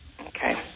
Okay